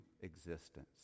existence